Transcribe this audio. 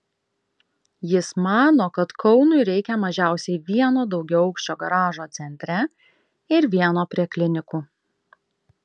jis mano kad kaunui reikia mažiausiai vieno daugiaaukščio garažo centre ir vieno prie klinikų